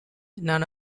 none